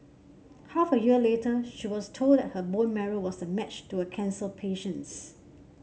half a year later she was told that her bone marrow was a match to a cancer patient's